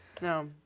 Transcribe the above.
No